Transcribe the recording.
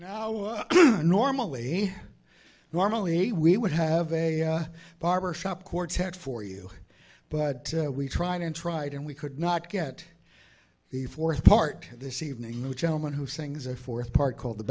i normally normally we would have a barbershop quartet for you but we tried and tried and we could not get the fourth part of this evening lou gentleman who sings a fourth part called the